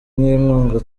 n’inkunga